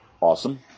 Awesome